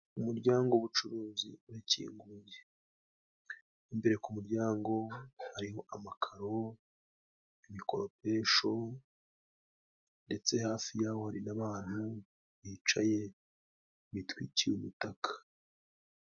Umuryango w'ubucuruzi urakinguye. Imbere ku muryango, hariho amakaro, imikoropesho ndetse hafi y'aho hari n'abantu bicaye bitwikiye umutaka.